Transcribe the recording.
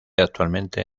actualmente